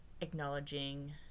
acknowledging